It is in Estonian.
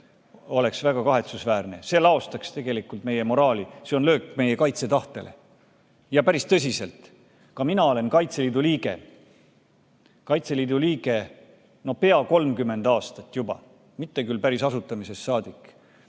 oleks väga kahetsusväärne, see laostaks tegelikult meie moraali, see oleks löök meie kaitsetahtele. Ja seda päris tõsiselt. Ka mina olen Kaitseliidu liige, olen Kaitseliidu liige pea 30 aastat juba, mitte küll päris asutamisest saadik.